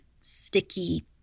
sticky